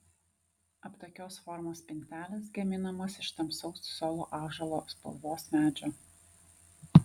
aptakios formos spintelės gaminamos iš tamsaus solo ąžuolo spalvos medžio